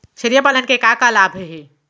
छेरिया पालन के का का लाभ हे?